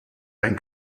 ein